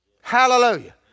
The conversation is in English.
Hallelujah